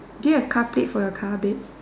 do you have car plate for your car there